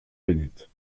bénite